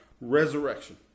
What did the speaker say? resurrection